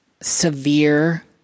severe